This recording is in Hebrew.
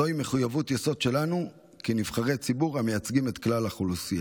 זוהי מחויבות יסוד שלנו כנבחרי ציבור המייצגים את כלל האוכלוסייה.